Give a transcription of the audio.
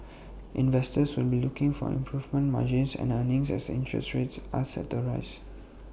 investors will be looking for improving margins and earnings as interest rates are set to rise